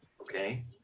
Okay